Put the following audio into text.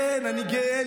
אני גאה,